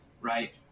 right